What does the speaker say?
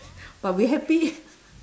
but we happy